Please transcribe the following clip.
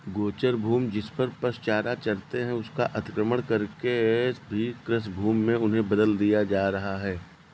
गोचर भूमि, जिसपर पशु चारा चरते हैं, उसका अतिक्रमण करके भी कृषिभूमि में उन्हें बदल दिया जा रहा है